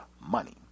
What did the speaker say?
money